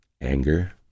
anger